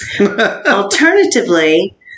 alternatively